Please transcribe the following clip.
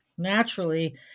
Naturally